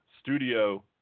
studio